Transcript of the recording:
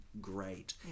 great